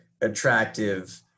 attractive